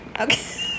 Okay